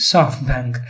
SoftBank